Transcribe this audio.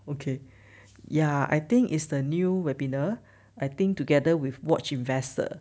okay ya I think is the new webinar I think together with watch investor ya